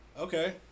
Okay